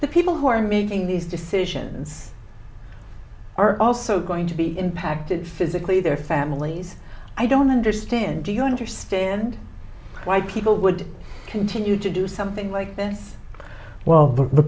the people who are making these decisions are also going to be impacted physically their families i don't understand do you understand why people would continue to do something like this well the